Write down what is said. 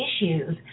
issues